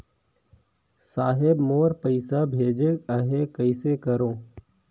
साहेब मोर पइसा भेजेक आहे, कइसे करो?